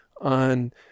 on